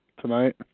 tonight